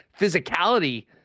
physicality